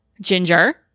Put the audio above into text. Ginger